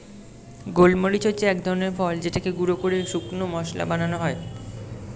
গোলমরিচ হচ্ছে এক ধরনের ফল যেটাকে গুঁড়ো করে শুকনো মসলা বানানো হয়